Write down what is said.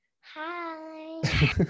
hi